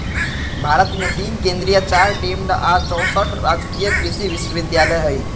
भारत मे तीन केन्द्रीय चार डिम्ड आ चौसठ राजकीय कृषि विश्वविद्यालय हई